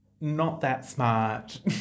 not-that-smart